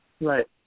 Right